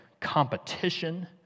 competition